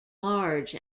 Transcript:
large